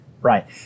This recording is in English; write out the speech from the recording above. Right